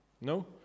No